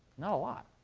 not a lot.